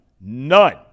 none